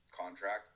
contract